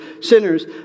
sinners